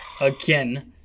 again